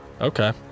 Okay